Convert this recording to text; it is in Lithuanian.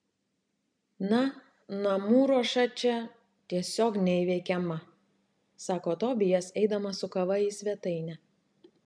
na namų ruoša čia tiesiog neįveikiama sako tobijas eidamas su kava į svetainę